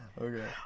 Okay